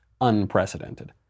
Unprecedented